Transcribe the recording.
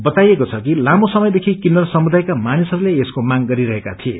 बाताइएको छ कि तामो समयदेखि किन्नर समुदायका मानिसहरूले यसको मांग गरिरहेका थिए